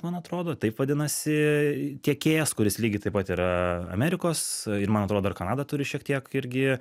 man atrodo taip vadinasi tiekėjas kuris lygiai taip pat yra amerikos ir man atrodo ir kanada turi šiek tiek irgi